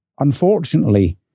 Unfortunately